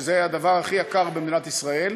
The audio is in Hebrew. שזה הדבר הכי יקר במדינת ישראל,